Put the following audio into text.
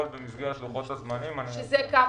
במסגרת לוחות הזמנים --- שזה כמה?